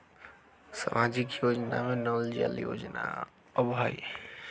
सामाजिक योजना में नल जल योजना आवहई?